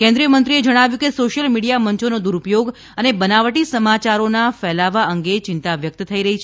કેન્દ્રિય મંત્રીએ જણાવ્યું કે સોશિયલ મીડિયા મંચોનો દુરુપયોગ અને બનાવટી સમાચારોના ફેલાવા અંગે ચિંતા વ્યક્ત થઇ રહી છે